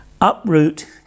uproot